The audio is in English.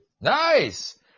Nice